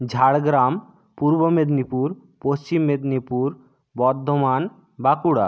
Jhargram Purba Medinipur Paschim Medinipur Bardhaman Bankura